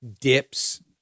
dips